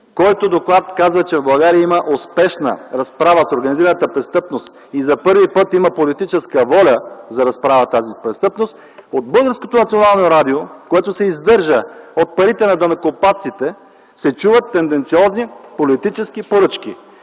който казва, че България има успешна разправа с организираната престъпност и за първи път има политическа воля за разправа с тази престъпност, от Българското национално радио, което се издържа от парите на данъкоплатците, се чуват тенденциозни политически поръчки.